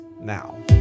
now